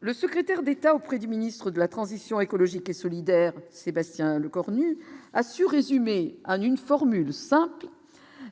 Le secrétaire d'État auprès du ministre de la transition écologique et solidaire : Sébastien Lecornu. Assurer les Hummer en une formule simple :